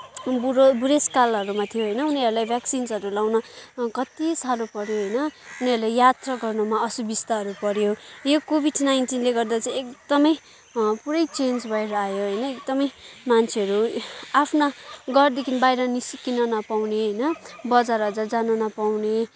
बुढो बुढेसकालहरूमा थियो होइन उनीहरूलाई भ्याक्सिन्सहरू लगाउन कत्ति साह्रो पऱ्यो होइन उनीहरूलाई यात्रा गर्नमा असुबिस्ताहरू पऱ्यो यो कोभिड नाइन्टिनले गर्दा चाहिँ एकदमै पुरै चेन्ज भएर आयो होइन एकदमै मान्छेहरू आफ्ना घरदेखि बाहिर निस्किन नपाउने होइन बजार अजार जान नपाउने